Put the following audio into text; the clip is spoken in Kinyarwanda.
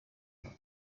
bwana